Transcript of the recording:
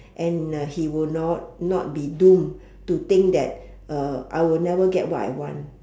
and uh he will not not be doomed to think that uh I will never get what I want